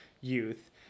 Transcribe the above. youth